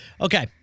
Okay